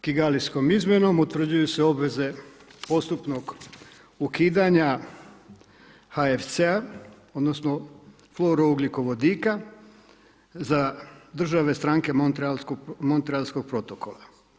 Kigalijskom izmjenom utvrđuju se obveze postupnog ukidanja HFC-a odnosno flourovodika za države strane Montrealskog protokola.